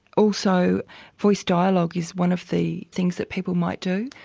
also voice dialogue is one of the things that people might do,